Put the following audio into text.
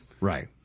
Right